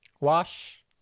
Wash